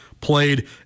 played